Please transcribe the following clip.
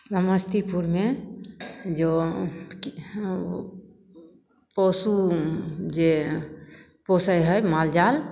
समस्तीपुरमे जो पशु जे पोसय हइ मालजाल